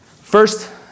first